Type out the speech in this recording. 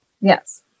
Yes